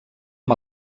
amb